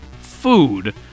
food